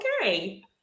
okay